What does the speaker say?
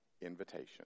invitation